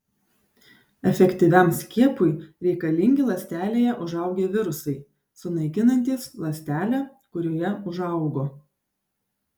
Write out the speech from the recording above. efektyviam skiepui reikalingi ląstelėje užaugę virusai sunaikinantys ląstelę kurioje užaugo